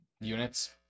Units